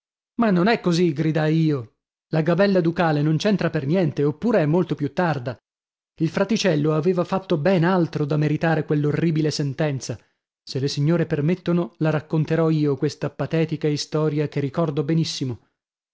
ma non è così gridai io la gabella ducale non c'entra per niente oppure è molto più tarda il fraticello aveva fatto ben altro da meritare quell'orribile sentenza se le signore permettono la racconterò io questa patetica istoria che ricordo benissimo